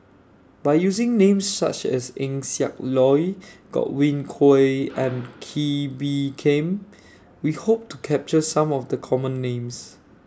By using Names such as Eng Siak Loy Godwin Koay and Kee Bee Khim We Hope to capture Some of The Common Names